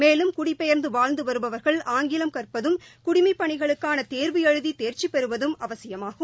மேலும் குடி பெயர்ந்து வாழ்ந்து வருபவர்கள் ஆங்கிலம் கற்பதும் குடிமைப் பணிகளுக்கான தேர்வு எழுதி தேர்க்சி பெறுவதும் அவசியமாகும்